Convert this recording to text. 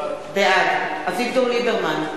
בעד אביגדור ליברמן,